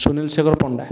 Sunil Shekhar Panda